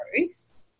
growth